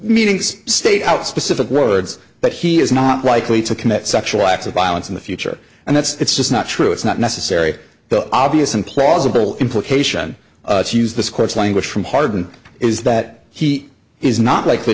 meanings stayed out specific words but he is not likely to commit sexual acts of violence in the future and that's it's just not true it's not necessary the obvious implausible implication she used this coarse language from harden is that he is not likely